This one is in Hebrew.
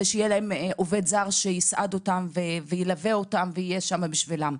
שיהיה לה עובד זר שיסעד אותם וילווה אותם ויהיה שם בשבילם.